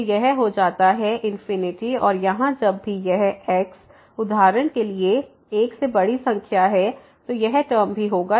तो यह हो जाता है और यहाँ जब भी यह x उदाहरण के लिए 1 से बड़ी संख्या है तो यह टर्म भी होगा